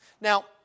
Now